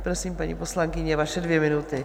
Prosím, paní poslankyně, vaše dvě minuty.